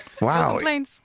Wow